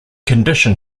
condition